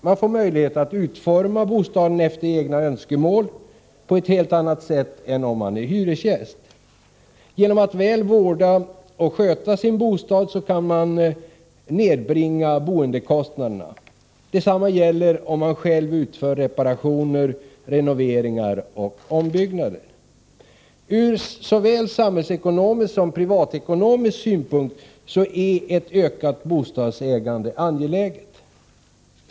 Man får möjlighet att utforma bostaden efter egna önskemål på ett helt annat sätt än om man är hyresgäst. Genom att väl vårda och sköta sin bostad kan man nedbringa boendekostnaderna. Detsamma gäller om man själv utför reparationer, renoveringar och ombyggnader. Ur såväl samhällsekonomisk som privatekonomisk synpunkt är ett ökat bostadsägande angeläget.